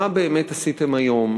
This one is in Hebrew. מה באמת עשיתם היום?